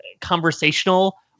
conversational